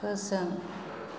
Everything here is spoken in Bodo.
फोजों